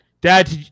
Dad